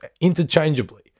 interchangeably